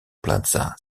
plaza